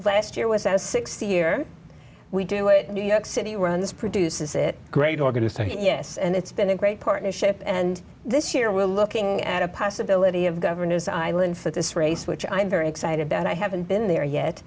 last year was a sixty here we do it new york city we're on this produces it great organised yes and it's been a great partnership and this year we're looking at a possibility of governor's island at this race which i'm very excited that i haven't been there yet